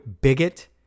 bigot